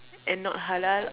and not halal